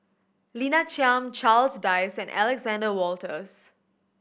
Lina Chiam Charles Dyce and Alexander Wolters